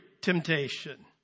temptation